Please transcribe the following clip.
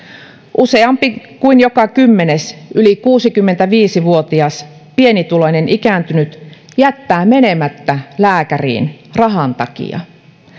useampi kuin joka kymmenes yli kuusikymmentäviisi vuotias pienituloinen ikääntynyt jättää menemättä lääkäriin rahan takia